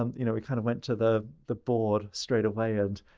um you know, kind of went to the the board straight away and,